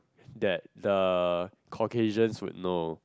that the Caucasians would know